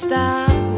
Stop